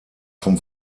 vom